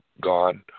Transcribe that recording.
gone